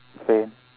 same